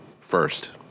first